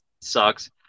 sucks